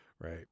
Right